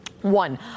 One